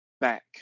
Back